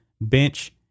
bench